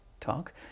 talk